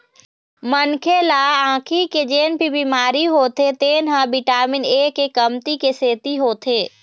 मनखे ल आँखी के जेन भी बिमारी होथे तेन ह बिटामिन ए के कमती के सेती होथे